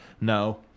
no